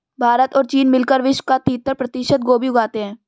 भारत और चीन मिलकर विश्व का तिहत्तर प्रतिशत गोभी उगाते हैं